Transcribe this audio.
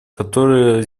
которая